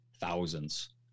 thousands